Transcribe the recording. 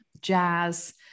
jazz